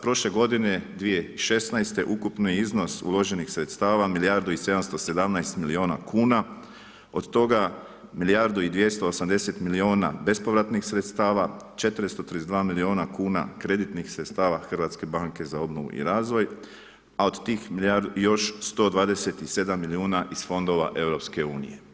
Prošle godine 2016. ukupni iznos uloženih sredstava milijardu i 717 milijuna kuna, od toga milijardu i 280 milijuna bespovratnih sredstava, 432 milijuna kuna kreditnih sredstava Hrvatske banke za obnovu i razvoj, a od tih još 127 milijuna iz fondova EU.